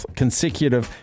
consecutive